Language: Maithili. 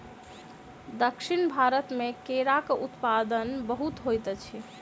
दक्षिण भारत मे केराक उत्पादन बहुत होइत अछि